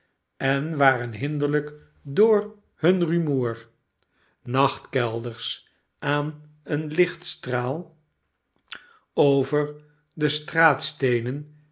en waren hinderlijk door hun rumoer nacntkelders aan een lichtstraal over de straatsteenen